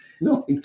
No